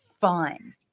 fun